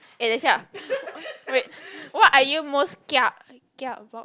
eh 等一下：deng yi xia wait what are you most kia about